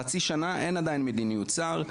חצי שנה עדיין אין מדיניות שר.